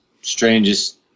strangest